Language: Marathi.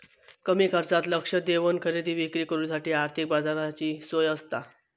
कमी खर्चात लक्ष देवन खरेदी विक्री करुच्यासाठी आर्थिक बाजाराची सोय आसता